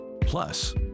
Plus